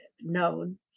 known